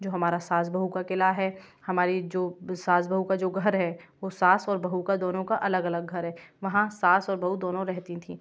जो हमारा सास बहू का क़िला है हमारी जो सास बहू का जो घर है वो सास और बहू का दोनों का अलग अलग घर है वहाँ सास और बहू दोनों रहती थीं